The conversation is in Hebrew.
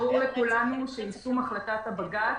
ברור לכולנו, שיישום החלטת הבג"ץ